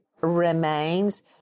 remains